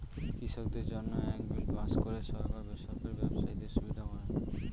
কৃষকদের জন্য এক বিল পাস করে সরকার বেসরকারি ব্যবসায়ীদের সুবিধা করেন